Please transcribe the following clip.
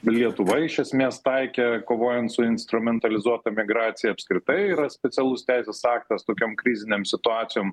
lietuva iš esmės taikė kovojant su instrumentalizuota migracija apskritai yra specialus teisės aktas tokiom krizinėm situacijom